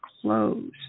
close